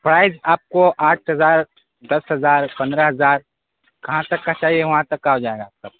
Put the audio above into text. price آپ کو آٹھ ہزار دس ہزار پندرہ ہزار کہاں تک کا چاہیے وہاں تک کا ہو جائے گا